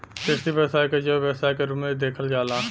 कृषि व्यवसाय क जैव व्यवसाय के रूप में भी देखल जाला